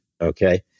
okay